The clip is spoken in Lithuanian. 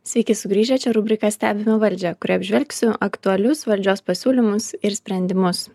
sveiki sugrįžę čia rubrika stebime valdžią kurioj apžvelgsiu aktualius valdžios pasiūlymus ir sprendimus